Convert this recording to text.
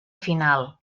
final